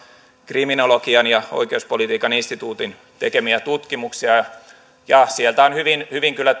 kriminologian ja oikeuspolitiikan instituutin tekemiä tutkimuksia ja sieltä ovat hyvin kyllä